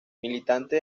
militante